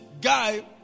guy